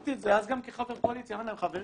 אמרתי אז גם כחבר קואליציה: חברים,